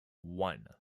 one